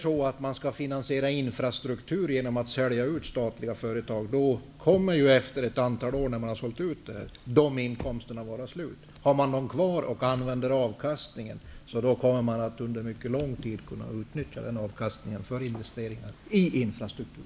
Om man skall finansiera infrastruktur genom att sälja ut statliga företag, kommer inkomsterna från försäljningen att vara slut efter några år. Har man företagen kvar, kommer man att under mycket lång tid kunna utnyttja avkastningen för investeringar i infrastruktur.